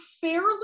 fairly